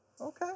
okay